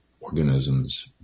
organisms